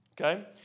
Okay